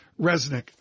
Resnick